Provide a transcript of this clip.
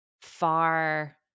far